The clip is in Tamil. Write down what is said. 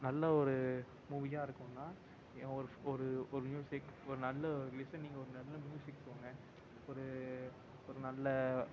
நல்ல ஒரு மூவியாக இருக்கணுன்னால் ஒரு ஒரு ஒரு மியூசிக் ஒரு நல்ல லிசனிங் ஒரு நல்ல மியூசிக் போங்க ஒரு ஒரு நல்ல